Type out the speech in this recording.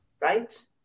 right